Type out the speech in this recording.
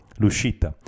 l'uscita